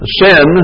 sin